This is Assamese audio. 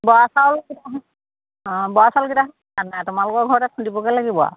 বৰা চাউলকেইটা অঁ বৰা চাউলকেইটা খুন্দা নাই তোমালোকৰ ঘৰতে খুন্দিবগৈ লাগিব আৰু